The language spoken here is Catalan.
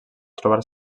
trobar